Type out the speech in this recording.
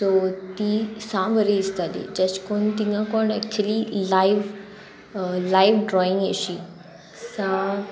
so ती सा बरी दिसताली जेश कोन तिंगा कोण एक्चली लायव्ह लायव ड्रॉईंग एशी सा